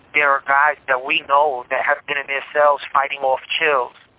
there are guys that we know that have been in their cells fighting off chills,